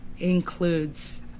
includes